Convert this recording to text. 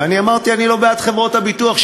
ואני אמרתי: אני לא בעד חברות הביטוח,